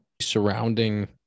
surrounding